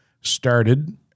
started